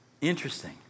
Interesting